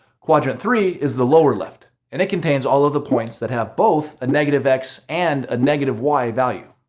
quadrant three is the lower left, and it contains all of the points that have both a negative x and a negative y value.